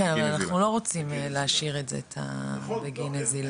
כן אבל אנחנו לא רוצים להשאיר את זה בגין נזילה.